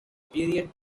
period